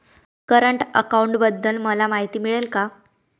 Current अकाउंटबद्दल मला माहिती मिळेल का?